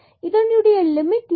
இதனுடைய லிமிட் என்ன